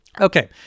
okay